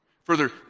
Further